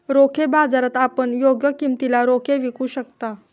रोखे बाजारात आपण योग्य किमतीला रोखे विकू शकता